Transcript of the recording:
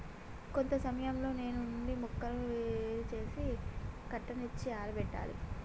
కొంత సమయంలో నేల నుండి మొక్కను ఏరు సేసి కట్టనిచ్చి ఆరబెట్టాలి